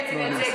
סממן יהודי?